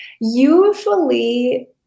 usually